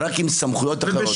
רק עם סמכויות אחרות.